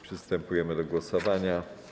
Przystępujemy do głosowania.